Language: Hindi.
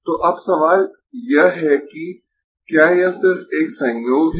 तो अब सवाल यह है कि क्या यह सिर्फ एक संयोग है